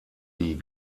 die